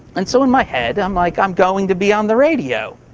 and so in my head, i'm like, i'm going to be on the radio.